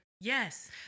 Yes